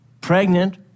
pregnant